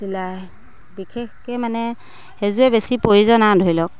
বিশেষকে মানে সেইযোৱে বেছি প্ৰয়োজন আৰু ধৰি লওক